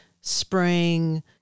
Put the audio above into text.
spring